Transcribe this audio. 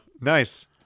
Nice